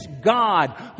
God